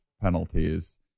penalties